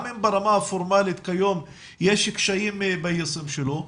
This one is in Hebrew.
גם אם ברמה הפורמלית כיום יש קשיים ביישום שלו,